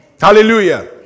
Hallelujah